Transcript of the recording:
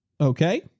Okay